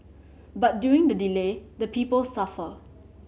but during the delay the people suffer